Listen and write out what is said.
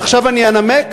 ועכשיו אני אנמק,